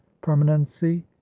permanency